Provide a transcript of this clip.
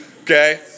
okay